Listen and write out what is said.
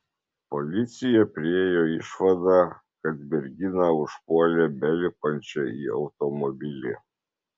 policija priėjo išvadą kad merginą užpuolė belipančią į automobilį